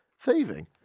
thieving